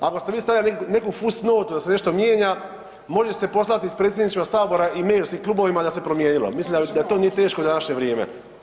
Ako ste vi stavili neku fus notu da se nešto mijenja, može se poslati iz predsjedništva Sabora email svim klubovima da se promijenilo, mislim da to nije teško u današnje vrijeme.